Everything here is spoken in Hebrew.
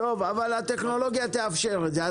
הטכנולוגיה תאפשר את זה.